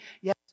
Yes